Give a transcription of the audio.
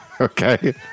Okay